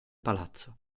palazzo